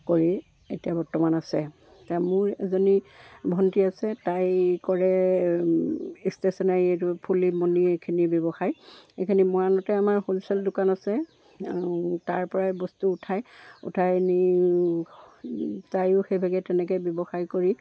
কৰি এতিয়া বৰ্তমান আছে এতিয়া মোৰ এজনী ভণ্টী আছে তাই কৰে ষ্টেচনাৰী ফুলি মণি এইখিনি ব্যৱসায় এইখিনি মৰাণতে আমাৰ হ'লচেল দোকান আছে তাৰ পৰাই বস্তু উঠায় উঠাই নি তাইও সেইভাগে তেনেকৈ ব্যৱসায় কৰি